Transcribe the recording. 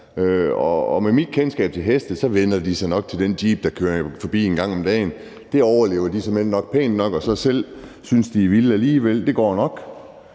og med mit kendskab til heste tror jeg nok at de vænner sig til den jeep, der kører forbi en gang om dagen. Det overlever de såmænd nok pænt nok, og de synes også selv, de er vilde alligevel. Så det går nok.